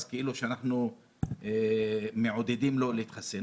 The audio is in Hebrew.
כאילו אנחנו מעודדים לא להתחסן.